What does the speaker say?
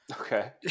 Okay